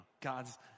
God's